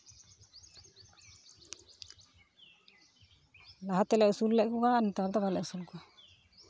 ᱞᱟᱦᱟ ᱛᱮᱞᱮ ᱟᱹᱥᱩᱞ ᱞᱮᱫ ᱠᱚᱣᱟ ᱱᱮᱛᱟᱨ ᱫᱚ ᱵᱟᱞᱮ ᱟᱹᱥᱩᱞ ᱠᱚᱣᱟ